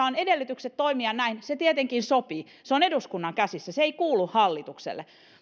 on edellytykset toimia näin se tietenkin sopii se on eduskunnan käsissä se ei kuulu hallitukselle